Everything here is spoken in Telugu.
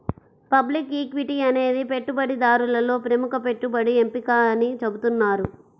పబ్లిక్ ఈక్విటీ అనేది పెట్టుబడిదారులలో ప్రముఖ పెట్టుబడి ఎంపిక అని చెబుతున్నారు